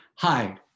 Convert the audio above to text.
Hi